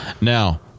Now